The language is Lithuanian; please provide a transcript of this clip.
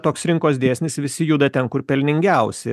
toks rinkos dėsnis visi juda ten kur pelningiausia